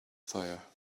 fire